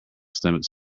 stomach